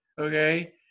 okay